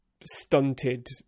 stunted